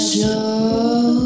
Show